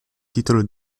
titolo